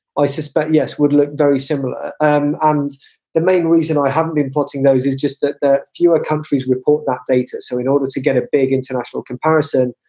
i suspect. yes. would look very similar. um and the main reason i haven't been putting those is just that the fewer countries would put that data. so in order to get a big international comparison,